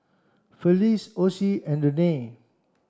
Felice Ocie and Renae